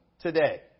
today